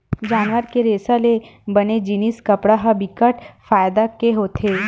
जानवर के रेसा ले बने जिनिस कपड़ा ह बिकट फायदा के होथे